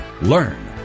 learn